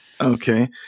Okay